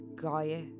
Gaia